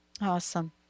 Awesome